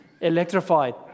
electrified